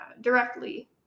directly